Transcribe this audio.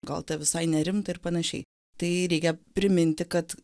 gal tai visai nerimta ir panašiai tai reikia priminti kad